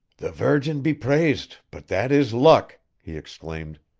the virgin be praised, but that is luck! he exclaimed.